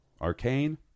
Arcane